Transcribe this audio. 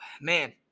Man